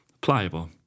Pliable